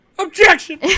Objection